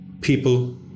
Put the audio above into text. people